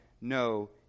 no